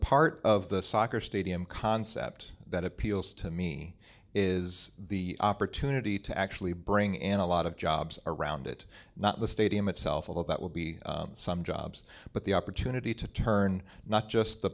part of the soccer stadium concept that appeals to me is the opportunity to actually bring in a lot of jobs around it not the stadium itself although that will be some jobs but the opportunity to turn not just the